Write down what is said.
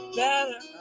better